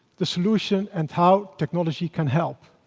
the solution, and how technology can help.